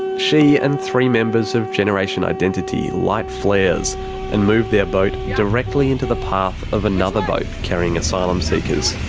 she and three members of generation identity light flares and move their boat directly into the path of another boat carrying asylum seekers.